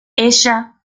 ella